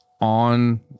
on